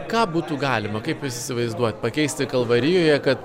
ką būtų galima kaip jūs įsivaizduojat pakeisti kalvarijoje kad